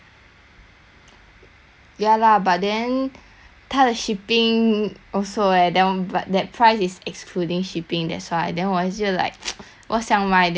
ya lah but then 他的 shipping also eh that one but that price is excluding shipping that's why then 我就 like 我想买 then ya